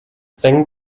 thing